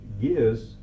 gears